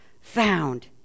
found